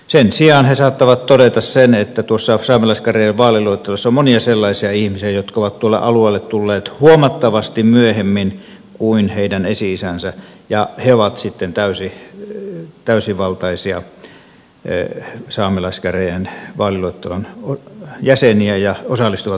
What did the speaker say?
sen sijaan he saattavat todeta sen että saamelaiskäräjien vaaliluettelossa on monia sellaisia ihmisiä jotka ovat tuolle alueelle tulleet huomattavasti myöhemmin kuin heidän esi isänsä ja he ovat sitten täysivaltaisia saamelaiskäräjien vaaliluettelon jäseniä ja osallistuvat päätöksentekoon